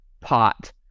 pot